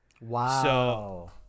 wow